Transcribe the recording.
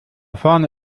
vorne